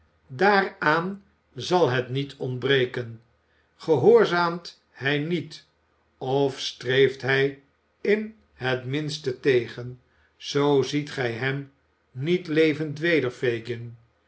daaraan zal het niet ontbreken gehoorzaamt hij niet of streeft hij in het minste tegen zoo ziet gij hem niet levend weder fagin